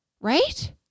right